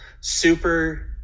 super